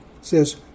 says